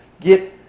get